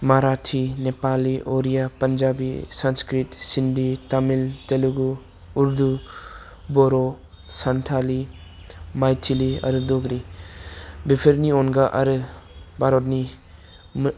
माराठी नेपालि अरिया पान्जाबी संस्कृत चिन्दी तामिल तेलेगु उर्दु बर' सानतालि माइटिलि आरो दग्रि बेफोरनि अनगा आरो भारतनि मो